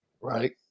right